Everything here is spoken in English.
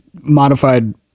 modified